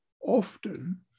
Often